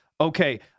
Okay